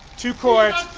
two courts